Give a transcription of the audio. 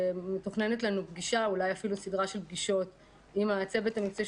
מתוכננת לנו פגישה או סדרת פגישות עם הצוות המקצועי